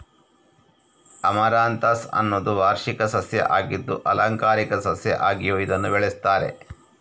amaranthus ಅನ್ನುದು ವಾರ್ಷಿಕ ಸಸ್ಯ ಆಗಿದ್ದು ಆಲಂಕಾರಿಕ ಸಸ್ಯ ಆಗಿಯೂ ಇದನ್ನ ಬೆಳೆಸ್ತಾರೆ